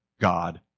God